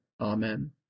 Amen